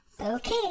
Okay